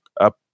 up